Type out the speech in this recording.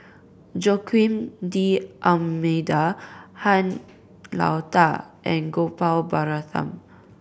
Joaquim D'Almeida Han Lao Da and Gopal Baratham